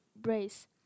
brace